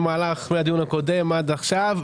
מאז הדיון הקודם ועד עכשיו.